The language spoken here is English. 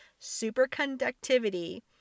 superconductivity